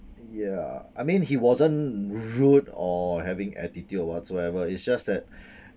ya I mean he wasn't rude or having attitude or whatsoever it's just that